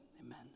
Amen